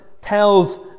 tells